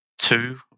Two